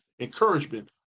encouragement